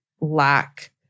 lack